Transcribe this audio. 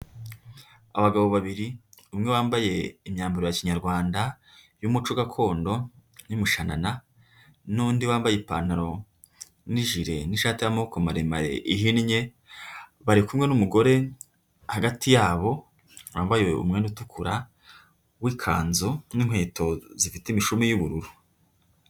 Abagabo babiri, umwe bambaye imyambaro ya Kinyarwanda y'umuco gakondo n'umushananana, n'undi wambaye ipantaro n'ijire n'ishati y'amoboko maremare ihinnye, bari kumwe n'umugore, hagati yabo wambaye umwenda utukura, w'ikanzu n'inkweto zifite imishumi y'ubururu.